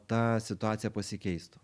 ta situacija pasikeistų